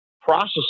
processing